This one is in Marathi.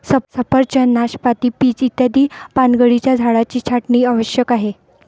सफरचंद, नाशपाती, पीच इत्यादी पानगळीच्या झाडांची छाटणी आवश्यक आहे